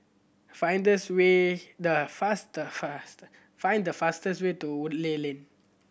find this way the fast fast find the fastest way to Woodleigh Lane